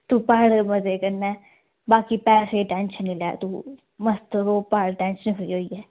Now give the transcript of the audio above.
तूं पढ़ मजे क'न्नै बाकी पैसे दी टेंशन नि लै तूं मस्त रौह् पढ़ टेंशन फ्री होइयै